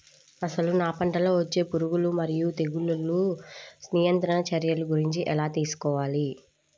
అసలు నా పంటలో వచ్చే పురుగులు మరియు తెగులుల నియంత్రణ చర్యల గురించి ఎలా తెలుసుకోవాలి?